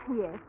Yes